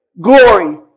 glory